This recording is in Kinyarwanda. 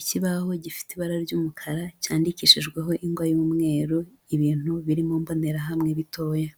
Ikibaho gifite ibara ry'umukara cyandikishijweho ingwa y'umweru ibintu biri mu mbonerahamwe bitoya,